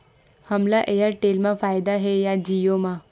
हमला एयरटेल मा फ़ायदा हे या जिओ मा?